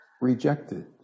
rejected